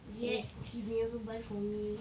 yet he never buy for me